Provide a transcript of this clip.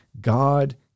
God